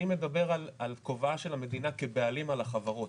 אני מדבר על כובעה של המדינה כבעלים על החברות.